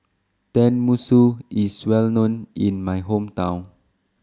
Tenmusu IS Well known in My Hometown